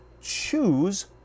choose